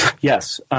Yes